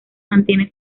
mantiene